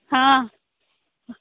हँ